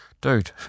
dude